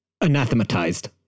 anathematized